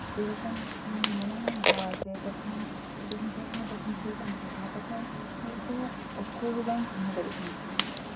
ᱡᱮ ᱤᱧ ᱢᱚᱱᱮ ᱢᱚᱱᱮᱧ ᱵᱷᱟᱵᱟᱣᱟ ᱡᱮ ᱛᱚᱠᱷᱚᱱ ᱠᱟᱹᱴᱤᱡ ᱜᱤᱧ ᱛᱟᱸᱦᱮ ᱠᱟᱱᱟ ᱛᱚᱠᱷᱚᱱ ᱪᱮᱫ ᱞᱮᱠᱟᱧ ᱛᱟᱸᱦᱮ ᱠᱟᱱᱟ ᱛᱚᱠᱷᱚᱱ ᱢᱤᱫᱴᱮᱡ ᱚᱠᱠᱷᱚᱨ ᱦᱚᱸ ᱵᱟᱹᱧ ᱪᱤᱱᱦᱟᱹᱣ ᱫᱟᱲᱮᱭᱟᱜ ᱠᱟᱱ ᱛᱟᱸᱦᱮᱱᱟ